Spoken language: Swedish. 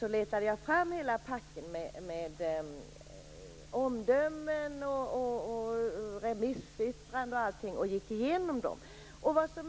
Jag letade alltså fram hela packen med omdömen, remissyttranden osv. och gick igenom dessa.